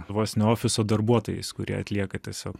vos ne ofiso darbuotojais kurie atlieka tiesiog